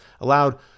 allowed